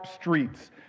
streets